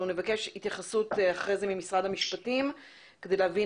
לאחר מכן נבקש התייחסות משרד המשפטים כדי להבין